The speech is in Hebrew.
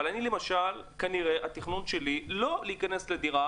אבל התכנון שלי הוא לא להיכנס לדירה